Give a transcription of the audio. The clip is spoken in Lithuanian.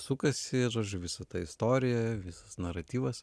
sukasi visa ta istorija visas naratyvas